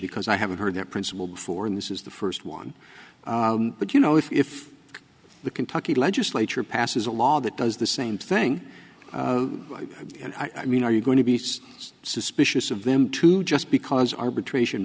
because i haven't heard their principle before and this is the first one but you know if the kentucky legislature passes a law that does the same thing and i mean are you going to be suspicious of them too just because arbitration